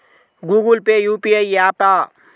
Google pay UPI య్యాపా?